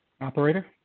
Operator